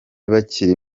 bakiri